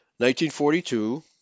1942